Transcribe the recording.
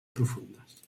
profundes